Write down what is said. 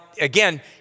again